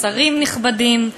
שרים נכבדים,